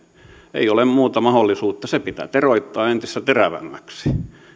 ei ole muuta mahdollisuutta se pitää teroittaa entistä terävämmäksi